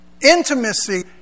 Intimacy